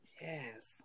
yes